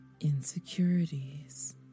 insecurities